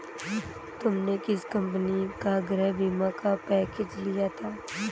तुमने किस कंपनी का गृह बीमा का पैकेज लिया था?